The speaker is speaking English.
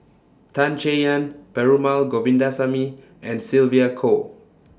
Tan Chay Yan Perumal Govindaswamy and Sylvia Kho